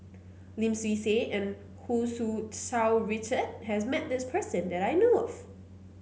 Lim Swee Say and Hu Tsu Tau Richard has met this person that I know of